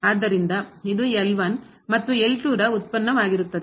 ಆದ್ದರಿಂದ ಇದು ಮತ್ತು ರ ಉತ್ಪನ್ನವಾಗಿರುತ್ತದೆ